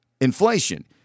inflation